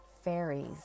fairies